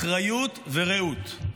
אחריות ורעות.